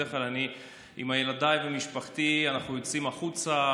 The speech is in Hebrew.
בדרך כלל עם ילדיי ומשפחתי אנחנו יוצאים החוצה,